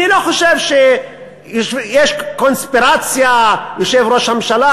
אני לא חושב שיש קונספירציה ויושב ראש הממשלה